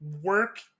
work